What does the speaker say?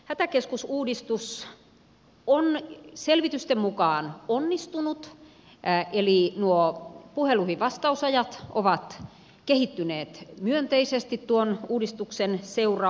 hätäkeskusuudistus on selvitysten mukaan onnistunut eli nuo vastausajat puheluihin ovat kehittyneet myönteisesti tuon uudistuksen seurauksena